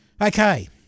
Okay